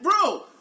Bro